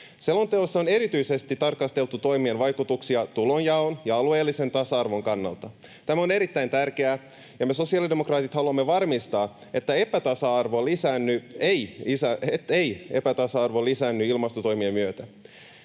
Selonteossa on erityisesti tarkasteltu toimien vaikutuksia tulonjaon ja alueellisen tasa-arvon kannalta. Tämä on erittäin tärkeää, ja me sosiaalidemokraatit haluamme varmistaa, ettei epätasa-arvo lisäänny ilmastotoimien myötä.